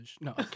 No